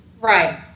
Right